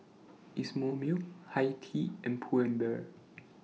Isomil Hi Tea and Pull and Bear